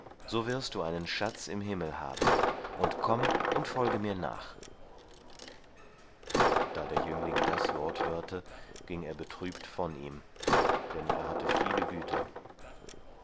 so wirst du einen schatz im himmel haben und komm und folge mir nach da der jüngling das wort hörte ging er betrübt von ihm denn er hatte viele güter